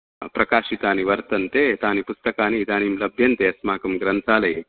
प्रकाशितानि वर्तन्ते तानि पुस्तकानि लभ्यन्ते अस्माकं ग्रन्थालये